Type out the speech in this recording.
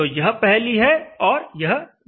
तो यह पहली है तथा यह दूसरी